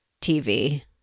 TV